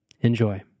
Enjoy